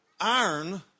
iron